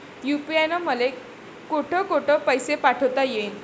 UPI न मले कोठ कोठ पैसे पाठवता येईन?